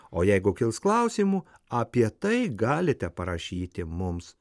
o jeigu kils klausimų apie tai galite parašyti mums